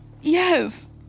Yes